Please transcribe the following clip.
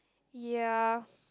ya